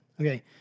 Okay